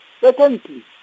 Secondly